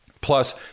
Plus